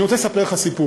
אני רוצה לספר לכם סיפור.